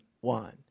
one